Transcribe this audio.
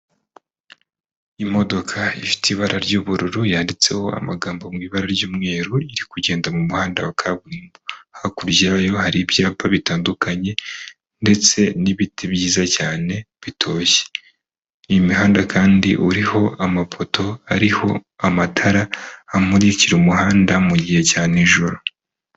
Imodoka ifite ibara ry'ubururu, yanditseho amagambo mu ibara ry'umweru, iri kugenda mu muhanda wa kaburimbo, hakurya yayo hari ibyapa bitandukanye ndetse n'ibiti byiza cyane bitoshye. Uyu muhanda kandi uriho amapoto ariho amatara, amurikira umuhanda mu gihe cya nijoro.